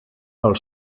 pel